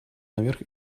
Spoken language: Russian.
наверх